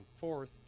fourth